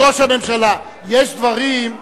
יש דברים,